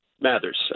Mathers